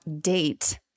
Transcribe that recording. date